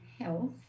health